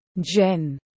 Jen